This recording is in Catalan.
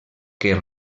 que